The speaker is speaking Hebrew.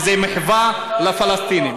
וזו מחווה לפלסטינים.